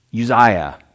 Uzziah